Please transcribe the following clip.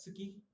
suki